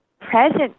present